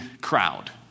crowd